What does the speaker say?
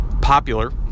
popular